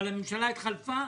אבל הממשלה התחלפה.